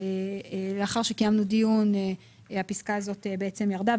לאחר שקיימנו דיון הפסקה הזאת ירדה,